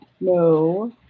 no